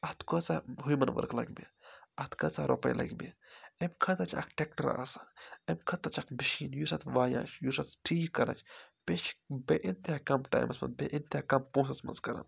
تہٕ اتھ کۭژاہ ہیومَن ؤرٕک لَگہِ مےٚ اَتھ کۭژاہ رۄپے لَگہِ مےٚ امہِ خٲطرٕ چھِ اَکھ ٹرٛیٚکٹَر آسان امہِ خٲطرٕ چھِ اَکھ مِشیٖن یُس اَتھ وایان چھِ یُس اَتھ ٹھیٖک کَران چھِ بیٚیہِ چھِ بےٚ انتہا کَم ٹایمَس منٛز بےٚ انتہا کَم پونٛسَس منٛز کَران